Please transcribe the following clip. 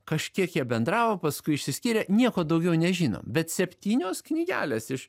kažkiek jie bendravo paskui išsiskyrė nieko daugiau nežinom bet septynios knygelės iš